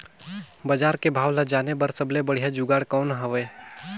बजार के भाव ला जाने बार सबले बढ़िया जुगाड़ कौन हवय?